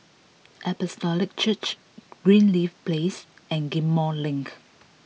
Apostolic Church Greenleaf Place and Ghim Moh Link